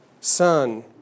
son